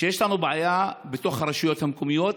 יש לנו בעיה בתוך הרשויות המקומיות,